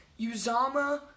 Uzama